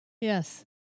Yes